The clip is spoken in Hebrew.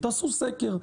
תעשו סקר,